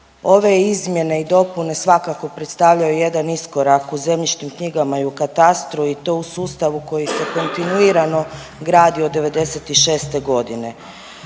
Ove izmjene i dopune svakako predstavljaju jedan iskorak u zemljišnim knjigama i u katastru i to u sustavu koji se kontinuirano gradi od '96. godine.